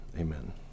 Amen